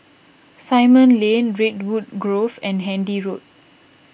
Simon Lane Redwood Grove and Handy Road